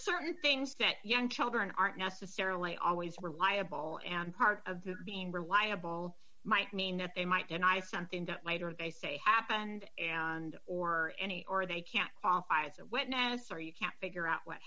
certain things that young children aren't necessarily always reliable and part of being reliable might mean that they might deny something that might or they say happened and or any or they can't qualify as a witness or you can't figure out what